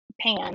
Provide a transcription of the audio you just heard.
pan